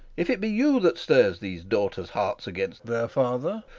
if it be you that stirs these daughters' hearts against their father,